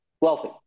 wealthy